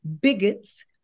Bigots